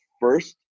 first